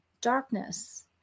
darkness